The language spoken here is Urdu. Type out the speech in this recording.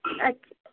اچھا